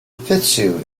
fitzhugh